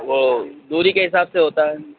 وہ دوری کے حساب سے ہوتا ہے